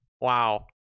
wow